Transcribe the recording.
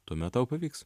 tuomet tau pavyks